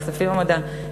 כספים במדע,